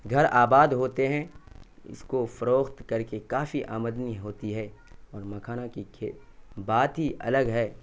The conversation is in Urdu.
گھر آباد ہوتے ہیں اس کو فروخت کر کے کافی آمدنی ہوتی ہے اور مکھانا کی بات ہی الگ ہے